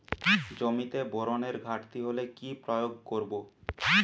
জমিতে বোরনের ঘাটতি হলে কি প্রয়োগ করব?